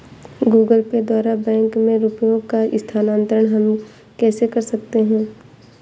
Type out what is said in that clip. Google Pay द्वारा bank में रुपयों का स्थानांतरण हम कैसे कर सकते हैं?